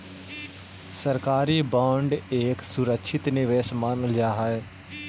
सरकारी बांड एक सुरक्षित निवेश मानल जा हई